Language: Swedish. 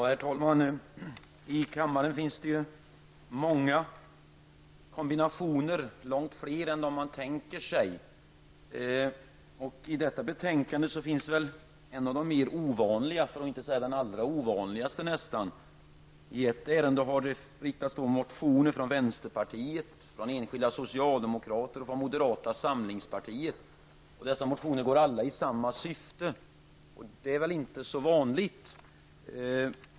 Herr talman! I riksdagen finns det många kombinationer, långt fler än dem man tänker sig. I detta betänkande förekommer en av de mer ovanliga, för att inte säga den nästan allra ovanligaste. I en fråga har det väckts motioner från vänsterpartiet, från enskilda socialdemokrater och från moderata samlingspartiet. Dessa motioner går alla i samma riktning, och det är väl inte så vanligt.